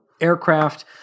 aircraft